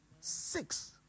Six